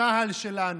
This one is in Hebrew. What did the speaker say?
צה"ל שלנו,